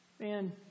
man